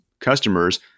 customers